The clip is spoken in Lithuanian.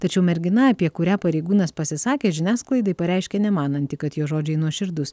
tačiau mergina apie kurią pareigūnas pasisakė žiniasklaidai pareiškė nemananti kad jo žodžiai nuoširdūs